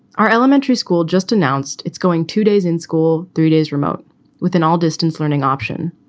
our elementary school just announced it's going two days in school, three days remote with an all distance learning option.